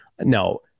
No